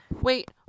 wait